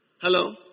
Hello